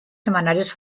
semanarios